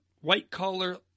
white-collar